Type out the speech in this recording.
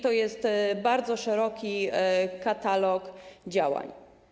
To jest bardzo szeroki katalog działań.